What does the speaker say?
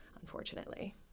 unfortunately